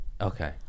Okay